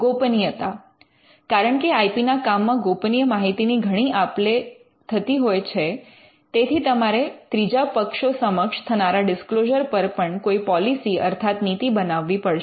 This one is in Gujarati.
ગોપનીયતા કારણકે આઇ પી ના કામમાં ગોપનીય માહિતી ની ઘણી આપ લે હો થતી હોય છે તેથી તમારે ત્રીજા પક્ષો સમક્ષ થનારા ડિસ્ક્લોઝર પર પણ કોઈ પૉલીસી અર્થાત નીતિ બનાવવી પડશે